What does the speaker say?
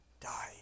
died